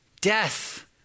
death